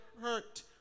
hurt